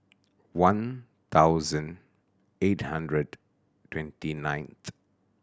one thousand eight hundred twenty ninth